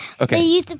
Okay